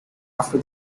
after